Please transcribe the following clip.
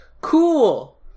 cool